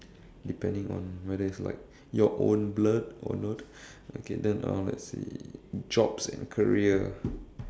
depending on whether it's like your own blood or not okay then um let's see jobs and career